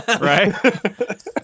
Right